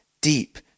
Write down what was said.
deep